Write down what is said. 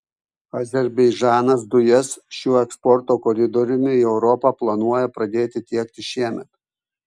azerbaidžanas dujas šiuo eksporto koridoriumi į europą planuoja pradėti tiekti šiemet